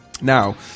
now